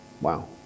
Wow